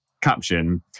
caption